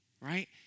right